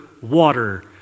water